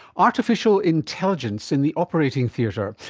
artificial intelligence in the operating theatre.